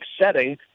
setting